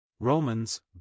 Romans